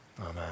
amen